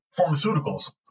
pharmaceuticals